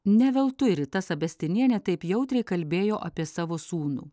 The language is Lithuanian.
ne veltui rita sabestinienė taip jautriai kalbėjo apie savo sūnų